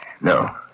No